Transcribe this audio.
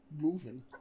moving